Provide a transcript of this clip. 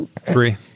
Three